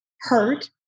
hurt